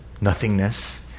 nothingness